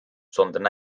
sondern